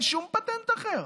אין שום פטנט אחר.